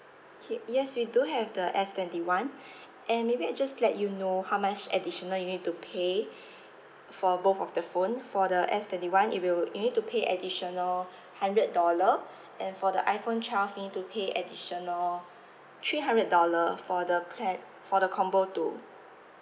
okay yes we do have the S twenty one and maybe I just let you know how much additional you need to pay for both of the phone for the S twenty one it will you need to pay additional hundred dollar and for the iphone twelve you need to pay additional three hundred dollar for the plan for the combo two